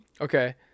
Okay